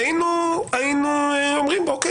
היינו אומרים שזה עובד.